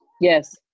Yes